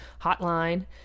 hotline